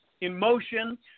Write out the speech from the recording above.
emotion